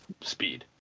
speed